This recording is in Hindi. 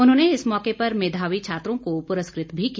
उन्होंने इस मौके पर मेधावी छात्रों को पुरस्कृत भी किया